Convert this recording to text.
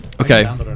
Okay